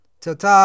Tata